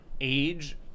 age